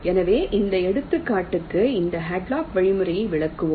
எனவே இந்த எடுத்துக்காட்டுக்கு இந்த ஹாட்லாக் வழிமுறையை விளக்குவோம்